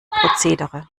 prozedere